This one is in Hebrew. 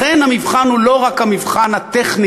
לכן המבחן הוא לא רק המבחן "הטכני",